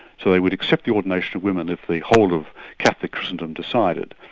so they would accept the ordination of women if the whole of catholic christendom decided,